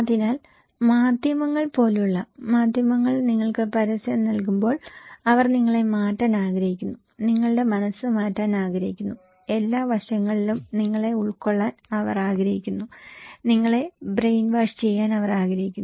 അതിനാൽ മാധ്യമങ്ങൾ പോലുള്ള മാധ്യമങ്ങൾ നിങ്ങൾക്ക് പരസ്യം നൽകുമ്പോൾ അവർ നിങ്ങളെ മാറ്റാൻ ആഗ്രഹിക്കുന്നു നിങ്ങളുടെ മനസ്സ് മാറ്റാൻ ആഗ്രഹിക്കുന്നു എല്ലാ വശങ്ങളിലും നിങ്ങളെ ഉൾക്കൊള്ളാൻ അവർ ആഗ്രഹിക്കുന്നു നിങ്ങളെ ബ്രെയിൻ വാഷ് ചെയ്യാൻ അവർ ആഗ്രഹിക്കുന്നു